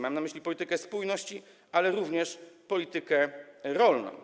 Mam na myśli politykę spójności, jak również politykę rolną.